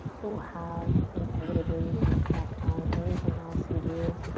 it will have inevitably an effect on everything else you do.